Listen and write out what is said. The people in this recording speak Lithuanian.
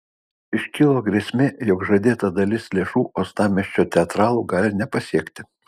iškilo grėsmė jog žadėta dalis lėšų uostamiesčio teatralų gali nepasiekti